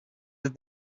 have